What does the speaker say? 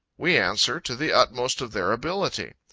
we answer, to the utmost of their ability.